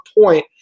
point